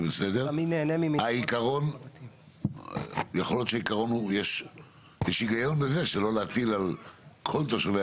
יכול להיות שיש היגיון בזה שלא להטיל על כל תושבי